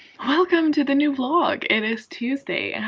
ahhhh welcome to the new vlog. it is tuesday. and